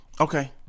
Okay